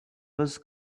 was